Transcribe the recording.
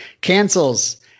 cancels